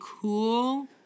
cool